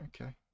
okay